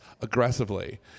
aggressively